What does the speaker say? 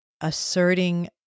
asserting